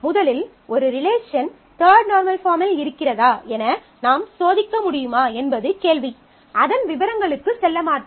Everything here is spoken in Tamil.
முதலில் ஒரு ரிலேஷன் தர்ட் நார்மல் பாஃர்ம்மில் இருக்கிறதா என நாம் சோதிக்க முடியுமா என்பது கேள்வி அதன் விவரங்களுக்கு செல்லமாட்டோம்